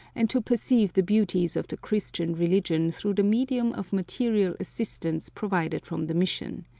and to perceive the beauties of the christian religion through the medium of material assistance provided from the mission.